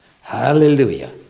hallelujah